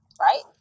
right